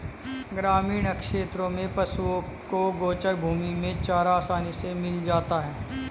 ग्रामीण क्षेत्रों में पशुओं को गोचर भूमि में चारा आसानी से मिल जाता है